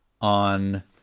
on